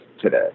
today